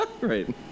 Right